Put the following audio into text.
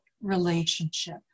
relationship